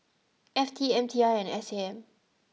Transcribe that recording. F T M T I and S A M